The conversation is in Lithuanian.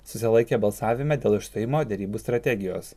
susilaikė balsavime dėl išstojimo derybų strategijos